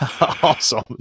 awesome